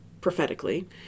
prophetically